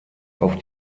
auf